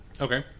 Okay